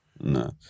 No